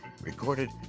recorded